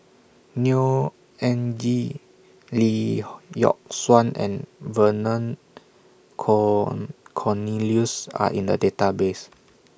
Neo Anngee Lee Yock Suan and Vernon corn Cornelius Are in The Database